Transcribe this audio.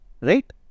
right